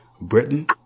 Britain